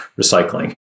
recycling